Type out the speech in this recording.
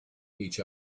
each